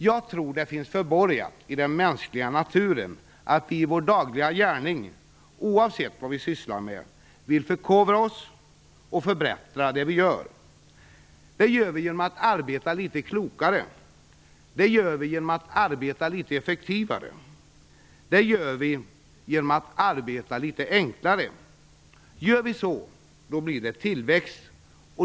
Jag tror att det är förborgat i den mänskliga naturen att vi i vår dagliga gärning, oavsett vad vi sysslar med, vill förkovra oss och förbättra det vi gör. Det gör vi genom att arbeta litet klokare, litet effektivare och litet enklare. Om vi gör det, blir det tillväxt.